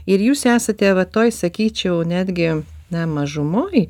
ir jūs esate va toj sakyčiau netgi na mažumoj